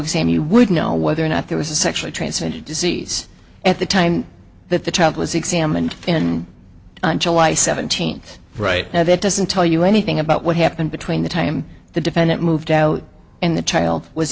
exam you would know whether or not there was a sexually transmitted disease at the time that the child was examined in july seventeenth right now that doesn't tell you anything about what happened between the time the defendant moved out and the child was